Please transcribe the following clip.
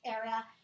area